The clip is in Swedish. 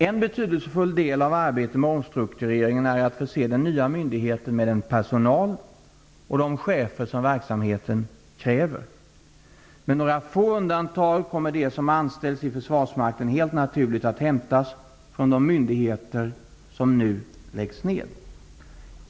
En betydelsefull del av arbetet med omstruktureringen är att förse den nya myndigheten med den personal och de chefer som verksamheten kräver. Med några få undantag kommer de som anställs i Försvarsmakten helt naturligt att hämtas från de myndigheter som nu läggs ned.